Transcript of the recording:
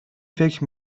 فکر